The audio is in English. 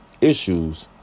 issues